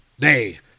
Nay